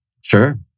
Sure